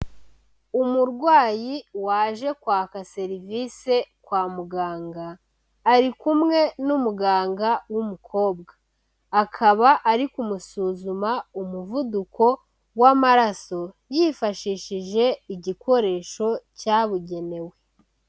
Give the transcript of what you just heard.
Umurwayi waje kwaka serivise kwa muganga, ari kumwe n'umuganga w'umukobwa, akaba ari kumusuzuma umuvuduko w'amaraso, yifashishije igikoresho cyabugenewe.